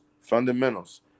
fundamentals